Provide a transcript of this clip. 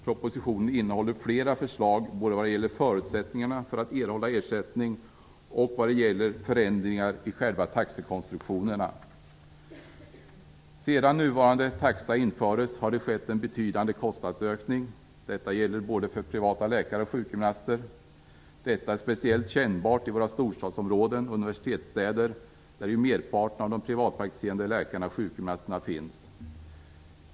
Propositionen innehåller flera förslag både om förutsättningarna för att erhålla ersättning och om själva taxekonstruktionerna. Sedan nuvarande taxa infördes har det skett en betydande kostnadsökning. Detta gäller både privata läkare och sjukgymnaster. Detta är speciellt kännbart i våra storstadsområden och universitetsstäder, där merparten av de privatpraktiserande läkarna och sjukgymnasterna finns.